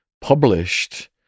published